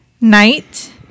Night